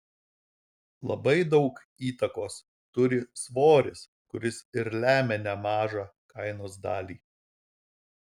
labai daug įtakos turi svoris kuris ir lemia nemažą kainos dalį